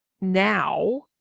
Now